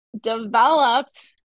developed